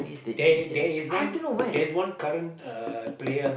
there there is one there is one current uh player